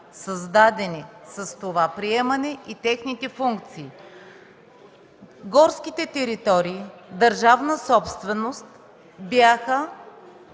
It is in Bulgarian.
създадени с това приемане, както и техните функции. Горските територии – държавна собственост,